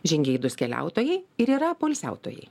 žingeidūs keliautojai ir yra poilsiautojai